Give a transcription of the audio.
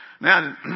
Now